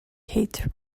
kate